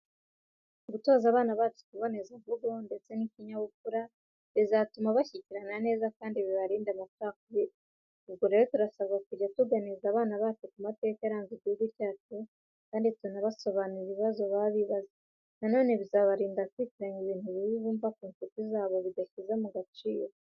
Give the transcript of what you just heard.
Gutoza abana bacu ikibonezamvugo ndetse n'ikinyabupfura, bizatuma bashyikirana neza kandi bibarinde amacakubiri. Ubwo rero turasabwa kujya tuganiriza abana bacu ku mateka yaranze igihugu cyacu kandi tunabasobanurire ibibazo baba bibaza. Nanone bizabarinda kwitiranya ibintu bibi bumva ku ncuti zabo bidashyize mu gaciro.